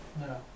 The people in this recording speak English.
No